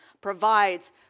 provides